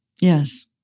Yes